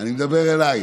אני מדבר אלייך.